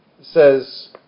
says